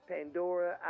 Pandora